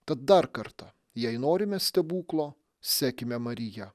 tad dar kartą jei norime stebuklo sekime mariją